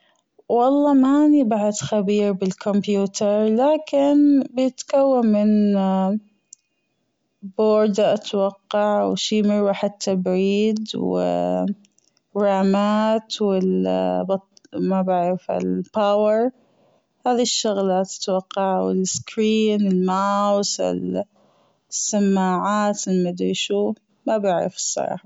والله بعد ماني خبيرة بالكمبيوتر لكن بيتكون من بورد أتوقع وشي مروحة تبريد و رامات وبط- مابعرف الباور هذي الشغلات أتوقع والأسكرين الماوس السماعات المدري شو مابعرف الصراحة.